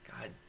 god